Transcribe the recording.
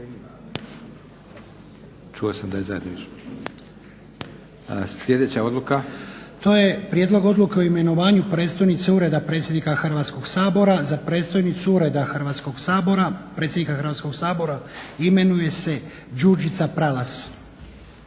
odluka. **Lučin, Šime (SDP)** To je Prijedlog odluke o imenovanju predstojnice Ureda predsjednika Hrvatskog sabora. Za predstojnicu Ureda predsjednika Hrvatskog sabora imenuje se Đurđica Prelas.